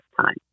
time